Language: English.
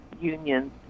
unions